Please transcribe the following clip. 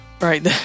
Right